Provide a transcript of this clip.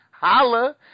Holla